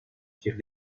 tir